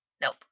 Nope